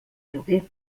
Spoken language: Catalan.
lloguer